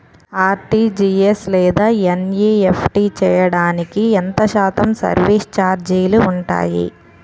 RTGS లేదా NEFT చేయడానికి ఎంత శాతం సర్విస్ ఛార్జీలు ఉంటాయి?